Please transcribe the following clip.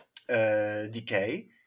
decay